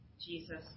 Jesus